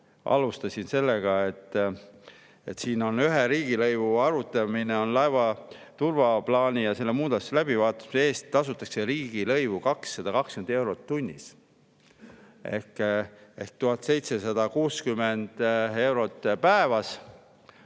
alustasin sellega, et siin on ühe riigilõivu arvutamine: laeva turvaplaani ja selle muudatuse läbivaatamise eest tasutakse riigilõivu 220 eurot tunnis. Ehk 1760 eurot päevas